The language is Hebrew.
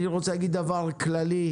אני רוצה להגיד דבר כללי.